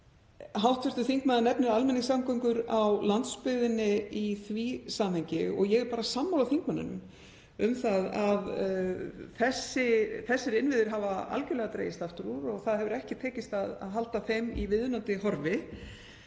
Hv. þingmaður nefnir almenningssamgöngur á landsbyggðinni í því samhengi og ég er sammála þingmanninum um að þessir innviðir hafa algerlega dregist aftur úr og ekki hefur tekist að halda þeim í viðunandi horfi.